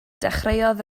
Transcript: dechreuodd